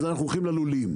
אז אנחנו הולכים ללולים.